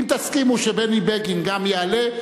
אם תסכימו שבני בגין גם יעלה,